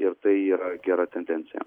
ir tai yra gera tendencija